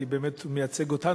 כי באמת הוא מייצג אותנו.